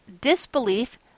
disbelief